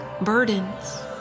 burdens